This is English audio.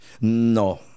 No